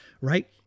right